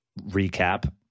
recap